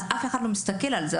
אף אחד לא מסתכל על זה,